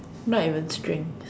not even strange